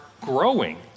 growing